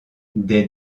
des